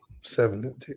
seven